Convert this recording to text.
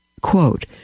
Quote